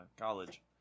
college